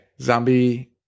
zombie